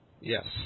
yes